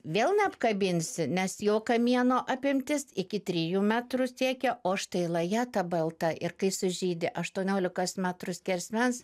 vėl neapkabinsi nes jo kamieno apimtis iki trijų metrų siekia o štai laja ta balta ir kai sužydi aštuoniolikos metrų skersmens